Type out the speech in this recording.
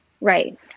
right